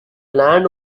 land